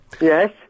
Yes